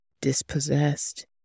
dispossessed